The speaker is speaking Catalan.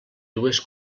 dues